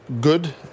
good